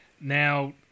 Now